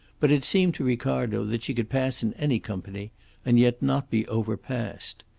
but it seemed to ricardo that she could pass in any company and yet not be overpassed.